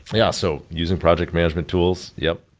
yeah. ah so using project management tools, yup.